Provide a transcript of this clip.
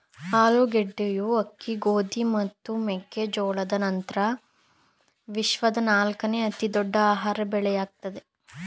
ಆಲೂಗಡ್ಡೆಯು ಅಕ್ಕಿ ಗೋಧಿ ಮತ್ತು ಮೆಕ್ಕೆ ಜೋಳದ ನಂತ್ರ ವಿಶ್ವದ ನಾಲ್ಕನೇ ಅತಿ ದೊಡ್ಡ ಆಹಾರ ಬೆಳೆಯಾಗಯ್ತೆ